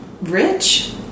rich